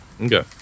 Okay